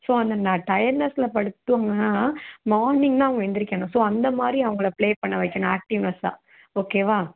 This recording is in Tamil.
ஸோ அந்த ந டயட் நெஸ்ஸில் படுத்து தூங்குனாங்கன்னா மார்னிங் தான் அவங்க எந்திரிக்கணும் ஸோ அந்தமாதிரி அவங்கள ப்ளே பண்ண வைக்கணும் ஆக்டிவ்நெஸ்ஸாக ஓகேவா